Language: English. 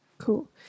cool